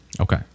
Okay